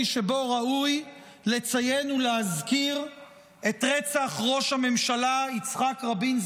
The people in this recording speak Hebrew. שבו ראוי לציין ולהזכיר את רצח ראש הממשלה יצחק רבין,